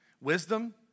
Wisdom